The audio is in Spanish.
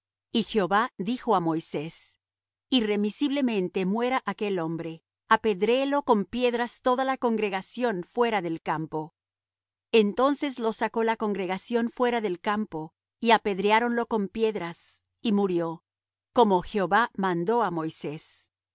y jehová dijo á moisés irremisiblemente muera aquel hombre apedréelo con piedras toda la congregación fuera del campo entonces lo sacó la congregación fuera del campo y apedreáronlo con piedras y murió como jehová mandó á moisés